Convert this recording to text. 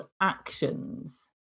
actions